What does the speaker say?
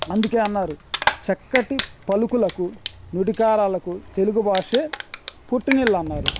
అందుకే అన్నారు చక్కటి పలుకులకు నుడికారాలకు తెలుగు భాషే పుట్టినిల్లు అన్నారు